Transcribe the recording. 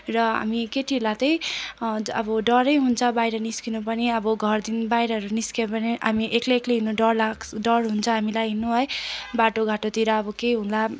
र हामी केटीहरूलाई चाहिँ अब डरै हुन्छ बाहिर निस्किन पनि अब घरदेखि बाहिरहरू निस्कियो भने हामी एक्लै एक्लै हिँड्न डर लाग्छ डर हुन्छ हामीलाई हिँड्न है बाटोघाटोतिर अब के होला